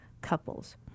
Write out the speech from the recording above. couples